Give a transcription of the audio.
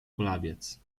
kulawiec